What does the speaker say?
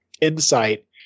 insight